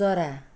चरा